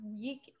week